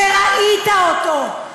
שראית אותו.